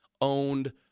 owned